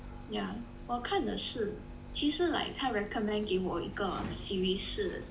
yeah 我看的是其实 like 他 recommend 给我一个 series 是